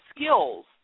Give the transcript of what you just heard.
skills